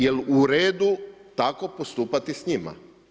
Jel u redu tako postupati s njima?